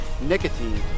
Nicotine